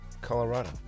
Colorado